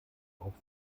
auch